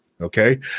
okay